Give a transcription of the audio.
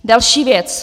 Další věc.